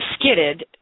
skidded